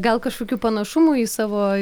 gal kažkokių panašumų į savo